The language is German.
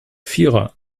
vierer